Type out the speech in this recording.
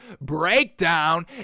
breakdown